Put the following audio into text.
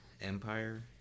Empire